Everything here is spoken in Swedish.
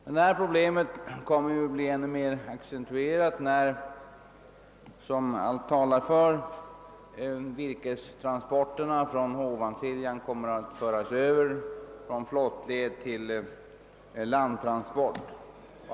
Detta problem kommer att bli än mer accentuerat om och när virkestransporterna från Ovansiljan föres över från flottning till landtransport.